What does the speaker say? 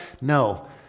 No